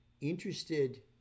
interested